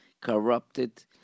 corrupted